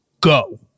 go